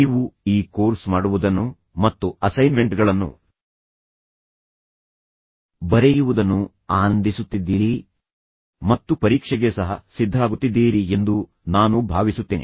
ನೀವು ಈ ಕೋರ್ಸ್ ಮಾಡುವುದನ್ನು ಮತ್ತು ಅಸೈನ್ಮೆಂಟ್ಗಳನ್ನು ಬರೆಯುವುದನ್ನು ಆನಂದಿಸುತ್ತಿದ್ದೀರಿ ಮತ್ತು ಪರೀಕ್ಷೆಗೆ ಸಹ ಸಿದ್ಧರಾಗುತ್ತಿದ್ದೀರಿ ಎಂದು ನಾನು ಭಾವಿಸುತ್ತೇನೆ